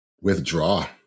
Withdraw